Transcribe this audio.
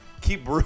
keep